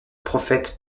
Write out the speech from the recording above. prophète